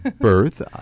birth